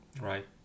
Right